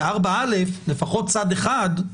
בסעיף 4א, לפחות צד אחד,